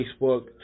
Facebook